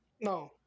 No